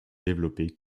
développés